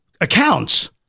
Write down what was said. accounts